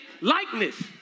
likeness